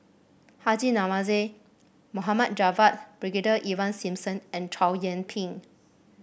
Haji Namazie Mohd Javad Brigadier Ivan Simson and Chow Yian Ping